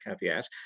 caveat